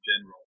general